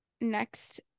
next